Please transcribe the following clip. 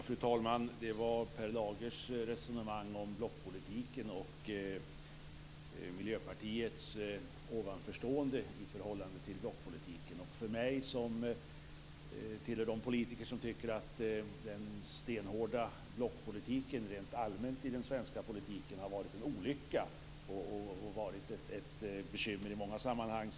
Fru talman! Per Lager för ett resonemang om Miljöpartiets ovanförstående i förhållande till blockpolitiken. Jag tillhör de politiker som tycker att den stenhårda blockpolitiken rent allmänt i den svenska politiken har varit en olycka och ett bekymmer i många sammanhang.